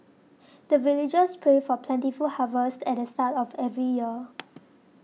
the villagers pray for plentiful harvest at the start of every year